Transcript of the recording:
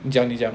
你讲你讲